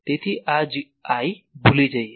તેથી આ I ભૂલી જઈએ